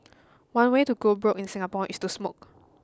one way to go broke in Singapore is to smoke